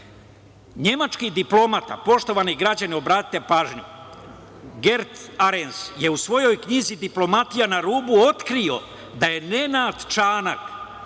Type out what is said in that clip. nemački diplomata, poštovani građani obratite pažnju, Gert Arens je u svojoj knjizi „Diplomatija na rubu“ otkrio da je Nenad Čanak